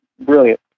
brilliant